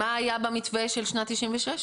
מה היה במתווה של שנת 1996?